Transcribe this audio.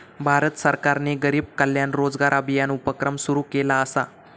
भारत सरकारने गरीब कल्याण रोजगार अभियान उपक्रम सुरू केला असा